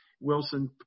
Wilson